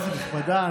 כנסת נכבדה,